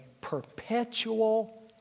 perpetual